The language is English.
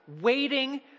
waiting